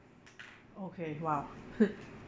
okay !wow!